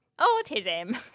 Autism